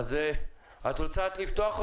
אשמח לפתוח.